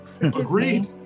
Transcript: Agreed